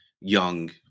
young